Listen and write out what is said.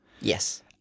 Yes